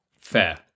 fair